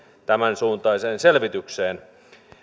tämänsuuntaiseen selvitykseen